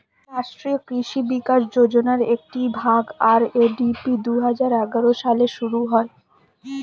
রাষ্ট্রীয় কৃষি বিকাশ যোজনার একটি ভাগ, আর.এ.ডি.পি দুহাজার এগারো সালে শুরু করা হয়